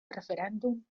referèndum